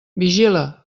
vigila